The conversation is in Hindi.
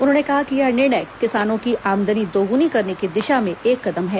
उन्होंने कहा कि यह निर्णय किसानों की आमदनी दोगुनी करने की दिशा में एक कदम है